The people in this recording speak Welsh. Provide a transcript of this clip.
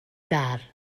gar